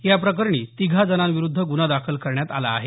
याप्रकरणी तिघा जणांविरूद्ध गुन्हा दाखल करण्यात आला आहे